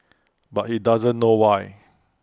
but he doesn't know why